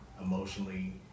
emotionally